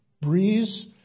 breeze